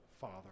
Father